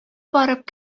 барып